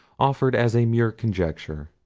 offered as a mere conjecture.